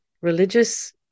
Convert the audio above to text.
religious